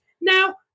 Now